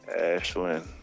Ashlyn